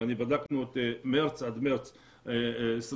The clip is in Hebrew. ובדקנו ממרץ עד מרץ 21'